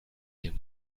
dem